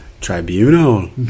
Tribunal